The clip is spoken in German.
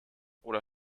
oder